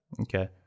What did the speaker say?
Okay